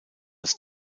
als